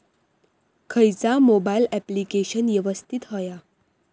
खयचा mobile application यवस्तित होया?